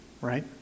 right